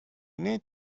need